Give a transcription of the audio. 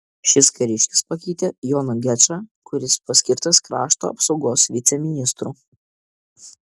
šis kariškis pakeitė joną gečą kuris paskirtas krašto apsaugos viceministru